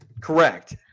Correct